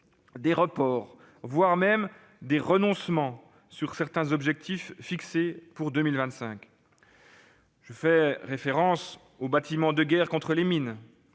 des reports, voire des renoncements, sur certains objectifs fixés pour 2025. Je fais référence aux bâtiments de guerre contre les mines,